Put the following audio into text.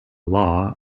law